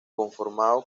conformado